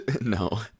No